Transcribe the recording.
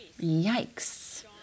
Yikes